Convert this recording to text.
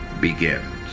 begins